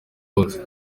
wose